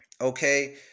okay